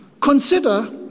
consider